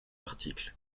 article